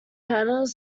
panels